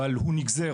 אבל הוא נגזרת.